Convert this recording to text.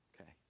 Okay